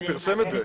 הוא פרסם את זה.